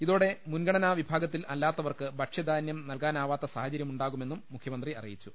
ഇതോടെ മുൻഗണനാവിഭാഗത്തിൽ അല്ലാത്തവർക്ക് ഭക്ഷ്യധാന്യം നൽകാനാവാത്ത സാഹചര്യമുണ്ടാകു മെന്നും മുഖ്യമന്ത്രി അറിയിച്ചു